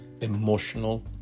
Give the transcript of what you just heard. emotional